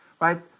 Right